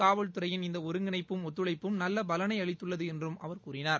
காவல்துறையின் இந்தஒருங்கிணைப்பும் ஒத்துழைப்பும் நல்லபலனைஅளித்துள்ளதுஎன்றும் அவர் கூறினார்